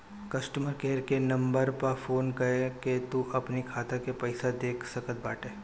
customer care के number पअ phone कअ के तू अपनी खाता के पईसा देख सकत बटअ